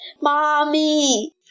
Mommy